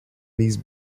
these